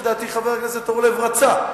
שלדעתי חבר הנכסת אורלב רצה,